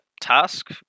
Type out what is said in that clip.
task